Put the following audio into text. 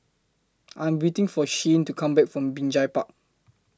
I Am waiting For Shyanne to Come Back from Binjai Park